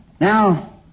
Now